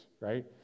right